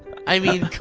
i mean, come